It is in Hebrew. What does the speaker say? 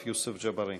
סיבוב הדמים הבא.